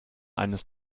eines